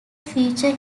feature